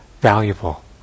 valuable